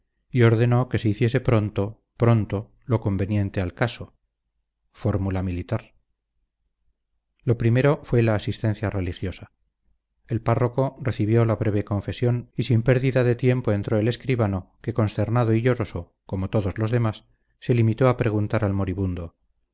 y ordenó se hiciese pronto pronto lo conveniente al caso fórmula militar lo primero fue la asistencia religiosa el párroco recibió la breve confesión y sin pérdida de tiempo entró el escribano que consternado y lloroso como todos los demás se limitó a preguntar al moribundo